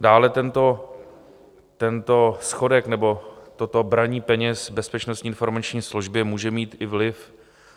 Dále tento schodek nebo toto braní peněz Bezpečnostní informační službě může mít i vliv